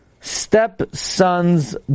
stepson's